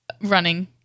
running